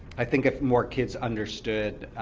i think if more kids understood